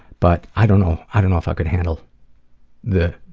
but i don't know, i don't know if i could handle the,